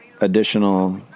Additional